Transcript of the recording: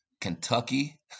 Kentucky